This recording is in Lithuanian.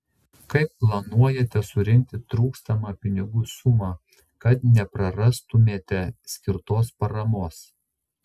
kaip planuojate surinkti trūkstamą pinigų sumą kad neprarastumėte skirtos paramos